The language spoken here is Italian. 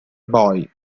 boy